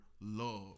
love